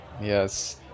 Yes